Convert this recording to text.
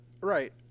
right